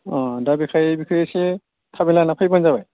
दा बेखाय बिखो इसे इसे थाबै लाना फैबानो जाबाय